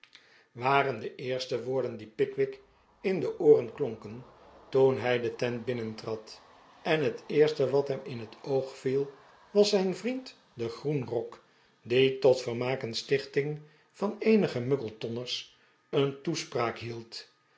zijn gasten vooreerste woorden die pickwick in de ooren klonken toen hij de tent binnentrad en het eerste wat hem in het oog viel was zijn vriend de groenrok die tot vermaak en stichting van eenige muggletonners een toespraak hield